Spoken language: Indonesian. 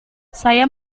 saya